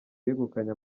yegukanye